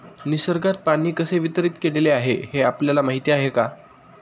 निसर्गात पाणी कसे वितरीत केलेले आहे हे आपल्याला माहिती आहे का?